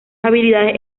habilidades